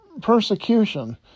persecution